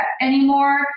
anymore